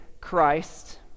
Christ